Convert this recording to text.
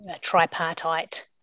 tripartite